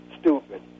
stupid